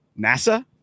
NASA